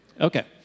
Okay